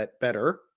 better